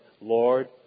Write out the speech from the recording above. Lord